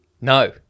No